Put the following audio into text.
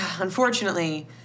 Unfortunately